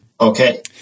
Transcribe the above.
Okay